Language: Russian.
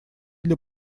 для